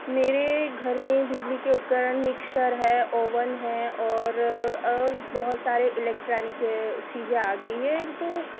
मेरे घर में बिजली के उपकरण मिक्सर है ओवन है और और बहुत सारे इलेक्ट्रैनिक चीज़ें आ गई हैं तो